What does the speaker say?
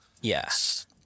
Yes